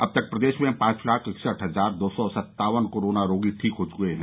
अब तक प्रदेश में पांच लाख इकसठ हजार दो सौ सत्तावन कोरोना रोगी ठीक हो चुके हैं